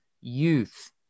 youth